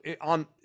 on